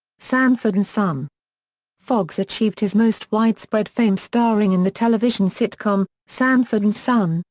sanford and son foxx achieved his most widespread fame starring in the television sitcom, sanford and son,